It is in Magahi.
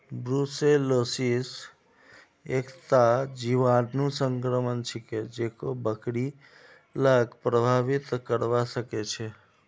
ब्रुसेलोसिस एकता जीवाणु संक्रमण छिके जेको बकरि लाक प्रभावित करवा सकेछे